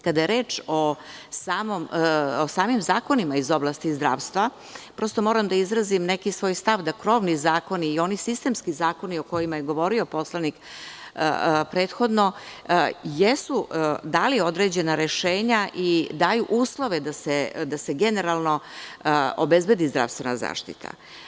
Kada je reč o samim zakonima iz oblasti zdravstva, prosto moram da izrazim neki svoj stav da krovni zakoni i oni sistemski zakoni o kojima je govorio poslanik prethodno jesu dali određena rešenja i daju uslove da se generalno obezbedi zdravstvena zaštita.